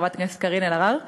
חברת הכנסת קארין אלהרר,